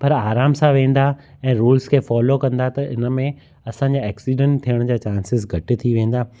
पर आराम सां वेंदा ऐं रूल्स खे फॉलो कंदा त इन में असांजा एक्सीडेंट थियण जा चांसिस घटि थी वेंदा